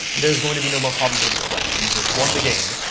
there's going to be no more problem to display. the user's won the game,